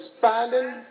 finding